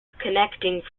connecting